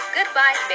Goodbye